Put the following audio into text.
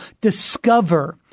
discover